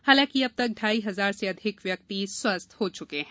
हालांकि अब तक ढ़ाई हजार से अधिक व्यक्ति स्वस्थ्य हो चुके हैं